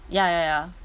ya ya ya